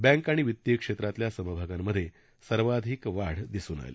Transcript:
bank आणि वितीय क्षेत्रातल्या समभागांमध्ये सर्वाधिक वाढ दिसून आली